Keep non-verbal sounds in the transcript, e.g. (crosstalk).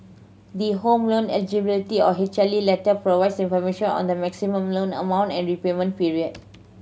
the Home Loan Eligibility or (unintelligible) letter provides information on the maximum loan amount and repayment period